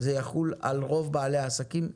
זה יחול על רוב בעלי העסקים.